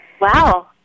Wow